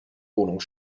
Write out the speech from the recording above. wohnung